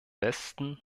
westen